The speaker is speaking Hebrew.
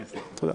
תודה.